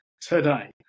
today